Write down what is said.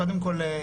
קודם כל,